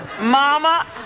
Mama